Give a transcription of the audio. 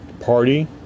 party